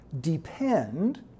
depend